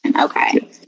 Okay